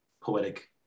poetic